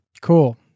Cool